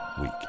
week